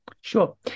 Sure